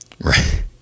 Right